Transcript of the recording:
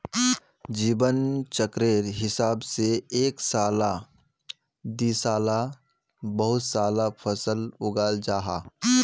जीवन चक्रेर हिसाब से एक साला दिसाला बहु साला फसल उगाल जाहा